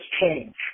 change